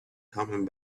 coming